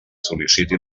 sol·liciti